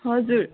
हजुर